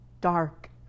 dark